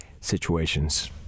situations